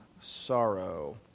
sorrow